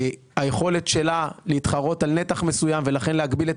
היכולת שלה להתחרות על נתח מסוים ולכן להגביל את